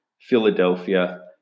Philadelphia